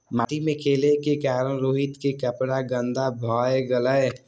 माटि मे खेलै के कारण रोहित के कपड़ा गंदा भए गेलै